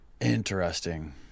Interesting